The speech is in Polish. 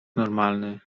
normalny